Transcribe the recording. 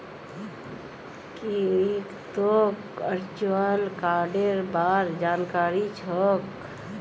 की तोक वर्चुअल कार्डेर बार जानकारी छोक